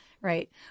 Right